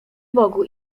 bogu